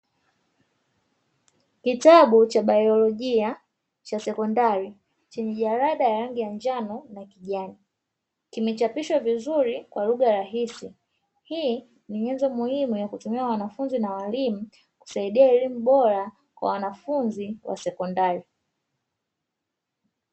Kitabu cha baiolojia cha sekondari chenye jarada la rangi ya njano na kijani, kimechapishwa vizuri kwa lugha rahisi hii ni nyenzo muhimu ya kutumia wanafunzi na walimu kusaidia elimu bora kwa wanafunzi wa sekondari.